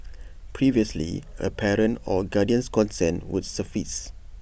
previously A parent or guardian's consent would suffice